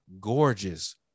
gorgeous